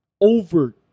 over